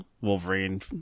Wolverine